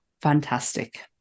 fantastic